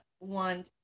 want